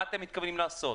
מה אתם מתכוונים לעשות?